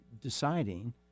deciding